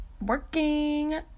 working